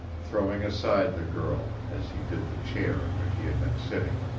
throwing aside the girl, as he did the chair in which he had been sitting.